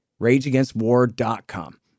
RageAgainstWar.com